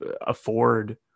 afford